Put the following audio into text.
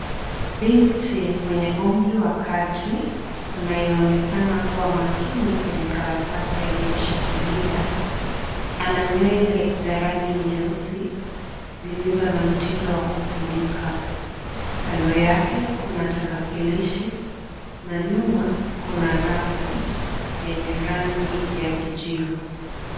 Binti mwenye umri wa kati anaonekana kuwa makini kwenye karatasi aliyoishikilia, ana nywele za rangi nyeusi zilizo na mtindo wa kupindika, kando yake kuna tarakilishi na nyuma kuna rafu enye rangi ya kijivu.